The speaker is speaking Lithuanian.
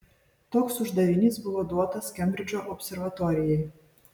toks uždavinys buvo duotas kembridžo observatorijai